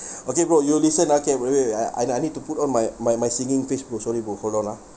okay bro you listen ah K wait wait ah and I need to put on my my my singing face bro sorry bro hold on ah